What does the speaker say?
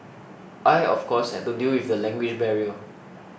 I of course had to deal with the language barrier